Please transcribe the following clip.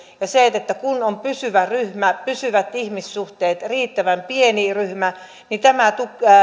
ja siihen että kun on pysyvä ryhmä pysyvät ihmissuhteet riittävän pieni ryhmä niin tämä